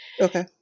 Okay